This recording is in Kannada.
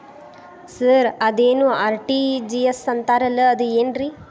ಸರ್ ಅದೇನು ಆರ್.ಟಿ.ಜಿ.ಎಸ್ ಅಂತಾರಲಾ ಅದು ಏನ್ರಿ?